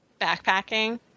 Backpacking